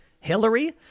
Hillary